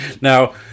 Now